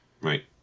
right